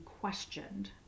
questioned